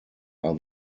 are